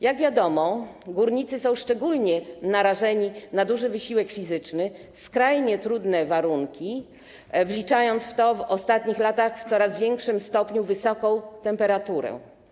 Jak wiadomo, górnicy są szczególnie narażeni na duży wysiłek fizyczny, skrajnie trudne warunki pracy, wliczając w to w ostatnich latach w coraz większym stopniu wysoką temperaturę.